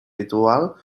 ritual